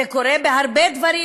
זה קורה בהרבה דברים,